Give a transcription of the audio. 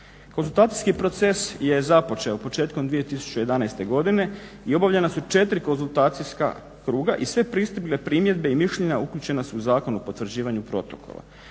Konzultacijski proces je započeo početkom 2011. godine i obavljena su četiri konzultacijska kruga i sve pristigle primjedbe i mišljenja upućena su u Zakon o potvrđivanju protokola.